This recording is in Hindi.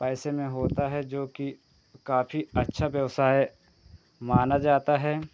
पैसे में होता है जो कि काफी अच्छा व्यवसाय माना जाता है